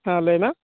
ᱦᱮᱸ ᱞᱟᱹᱭᱢᱮ